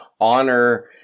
honor